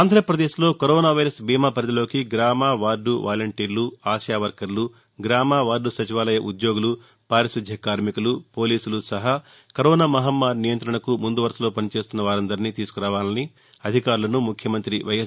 ఆంధ్రప్రదేశ్లో corona virus బీమా పరిధిలోకి గ్రామ వార్డు వాలంటీర్లు ఆశావర్కర్లు గ్రామ వార్డ సచివాలయ ఉద్యోగులు పారిశుద్య కార్మికులు పోలీసులు సహా కరోనా మహమ్మారి నియంత్రణకు ముందువరుసలో పనిచేస్తున్న వారందరినీ తీసుకురావాలని అధికారులను ముఖ్యమంతి వైఎస్